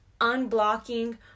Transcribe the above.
unblocking